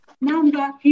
number